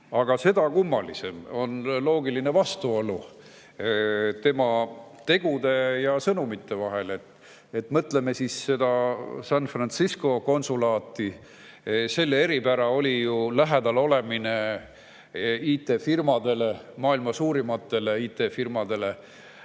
Aga seda kummalisem on vastuolu tema tegude ja sõnumite vahel. Mõtleme siis sellele San Francisco konsulaadile. Selle eripära oli ju lähedal olemine IT‑firmadele, maailma suurimatele IT‑firmadele.